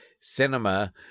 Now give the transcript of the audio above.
cinema